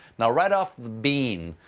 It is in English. now, right off the beam,